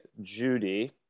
Judy